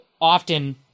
often